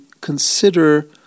consider